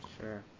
Sure